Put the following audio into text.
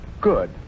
Good